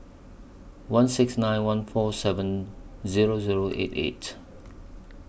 one six nine one four seven Zero Zero eight eight